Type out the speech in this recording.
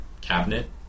cabinet